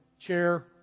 chair